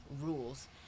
rules